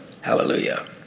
Hallelujah